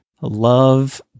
love